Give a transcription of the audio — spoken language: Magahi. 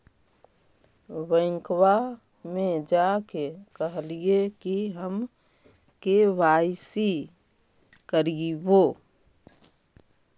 बैंकवा मे जा के कहलिऐ कि हम के.वाई.सी करईवो?